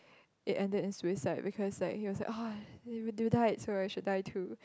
it ended in suicide because like it was like oh you died so I just die too